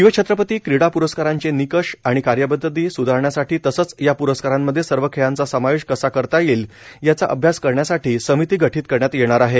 शिवछत्रपती क्रीडा प्रस्कारांचे निकष आणि कार्यपद्धती सुधारण्यासाठी तसेच या प्रस्कारांमध्ये सर्व खेळांचा समावेश कसा करता येईल याचा अभ्यास करण्यासाठी समिती गठित करण्यात येणार आहे